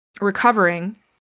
recovering